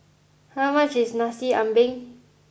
how much is Nasi Ambeng